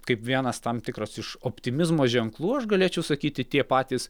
kaip vienas tam tikras iš optimizmo ženklų aš galėčiau sakyti tie patys